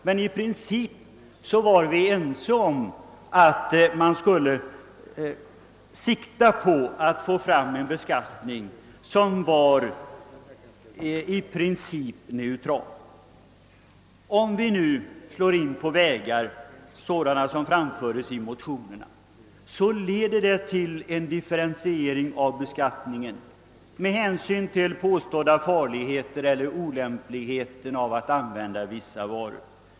Men i princip var vi ense om att sikta till en beskattning som var neutral. Om vi nu slår in på vägar av det slag som föreslagits i motionerna, leder det till en differentiering av beskattningen med hänsyn till vådan eller olämpligheten av att använda vissa varor.